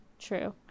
true